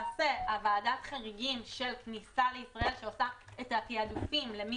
ועדת החריגים של כניסה לישראל שעושה את התעדופים מי